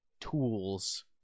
tools